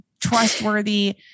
trustworthy